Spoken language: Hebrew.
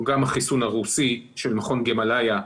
הוא גם חיסון ערוצי של מכון גמלאיה,